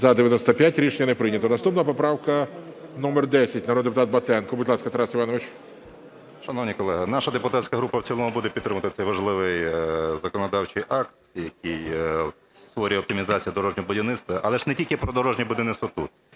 За-95 Рішення не прийнято. Наступна поправка номер 10, народний депутат Батенко. Будь ласка, Тарасе Івановичу. 14:37:14 БАТЕНКО Т.І. Шановні колеги, наша депутатська група в цілому буде підтримувати цей важливий законодавчий акт, який створює оптимізацію дорожнього будівництва. Але ж не тільки про дорожнє будівництво тут.